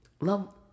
Love